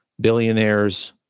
billionaires